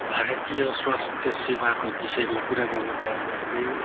भारतीय स्वास्थ्य सेवाको विषयमा कुरा गर्नु पर्दा चाहिँ